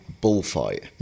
bullfight